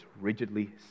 rigidly